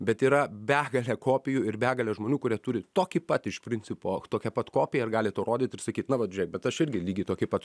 bet yra begalė kopijų ir begalė žmonių kurie turi tokį pat iš principo tokią pat kopiją ir gali tau rodyt ir sakyt na vat žiūrėk bet aš irgi lygiai tokį pat